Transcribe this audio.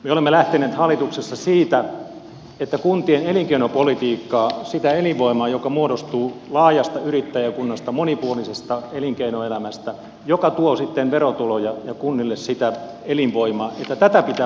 me olemme lähteneet hallituksessa siitä että kuntien elinkeinopolitiikkaa sitä elinvoimaa joka muodostuu laajasta yrittäjäkunnasta monipuolisesta elinkeinoelämästä joka tuo sitten verotuloja ja kunnille sitä elinvoimaa pitää laajentaa